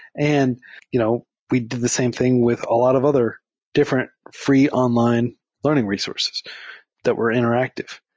and you know we did the same thing with a lot of other different free online learning resource that were interactive.